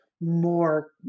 more